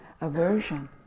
aversion